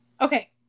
okay